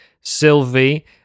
Sylvie